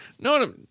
no